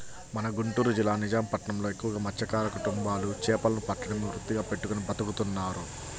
మన గుంటూరు జిల్లా నిజాం పట్నంలో ఎక్కువగా మత్స్యకార కుటుంబాలు చేపలను పట్టడమే వృత్తిగా పెట్టుకుని బతుకుతున్నారు